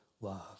love